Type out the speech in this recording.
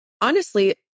honestly-